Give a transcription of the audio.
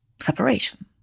separation